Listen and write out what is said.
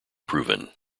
proven